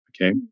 okay